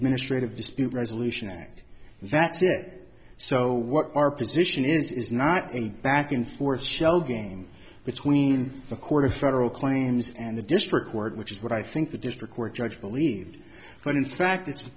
administrative dispute resolution and that's it so what our position is is not a back and forth shell game between the court of federal claims and the district court which is what i think the district court judge believed when in fact it's